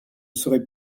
serai